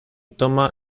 toma